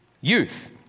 youth